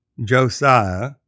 Josiah